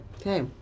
Okay